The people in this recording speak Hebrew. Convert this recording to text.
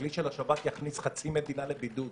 הכלי של השב"כ יכניס חצי מדינה לבידוד,